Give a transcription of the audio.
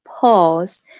pause